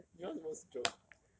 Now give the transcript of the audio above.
you know what's the worst joke